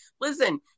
Listen